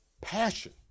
passion